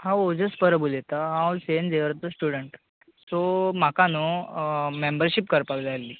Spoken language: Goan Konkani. हांव अवेश परब उलयता हांव सँट झेवियराचो स्टुडंट सो म्हाका नू मँम्बरशीप करपाक जाय आहली